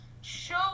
show